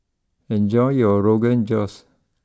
enjoy your Rogan Josh